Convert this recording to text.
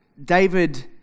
David